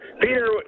Peter